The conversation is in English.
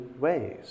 ways